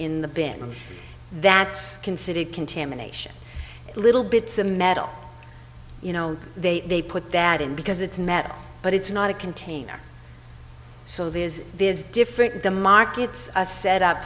in the bin and that's considered contamination little bits a metal you know they they put that in because it's metal but it's not a container so there's there's different the markets are set up